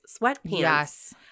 sweatpants